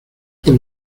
por